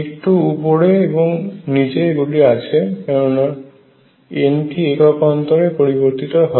একটু উপরে এবং নিচে এগুলোই আছে কেননা N টি একক অন্তরে পরিবর্তিত হয়